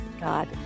God